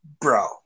bro